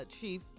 chief